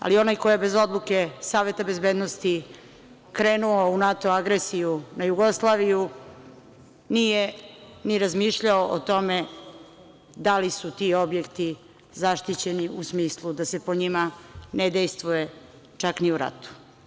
Ali, onaj ko je bez odluke Saveta bezbednosti krenuo u NATO agresiju na Jugoslaviju, nije ni razmišljao o tome da li su ti objekti zaštićeni u smislu da se po njima ne dejstvuje čak ni u ratu.